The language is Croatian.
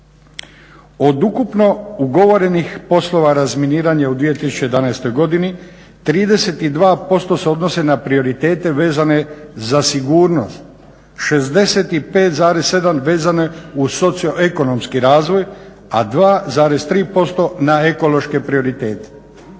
Od ukupno ugovorenih poslova razminiranja u 2011. godini 32% se odnose na prioritete vezane za sigurnost, 65,7 vezane uz socioekonomski razvoj, a 2,3% na ekološke prioritete.